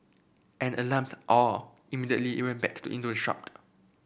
an alarmed all immediately back into the shop